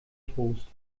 trost